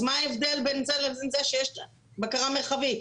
אז מה ההבדל בין זה לבין זה שיש בקרה מרחבית?